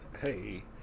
Hey